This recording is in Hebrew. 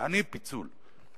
יעני, פיצול.